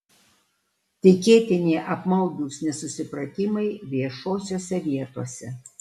tikėtini apmaudūs nesusipratimai viešosiose vietose